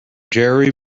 jerry